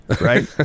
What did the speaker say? Right